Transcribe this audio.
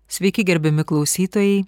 sveiki gerbiami klausytojai